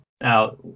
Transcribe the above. Now